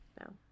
No